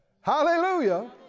hallelujah